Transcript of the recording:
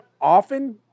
often